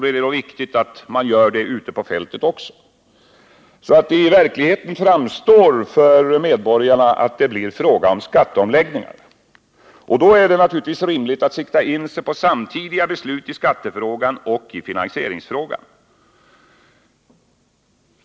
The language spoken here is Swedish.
Det är då viktigt att man gör det också ute på fältet, så att det i verkligheten framgår för medborgarna att det blir fråga om skatteomläggningar. Då är det naturligtvis rimligt att sikta in sig på samtidiga beslut i skattefrågan och i finansieringsfrågan.